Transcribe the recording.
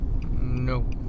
No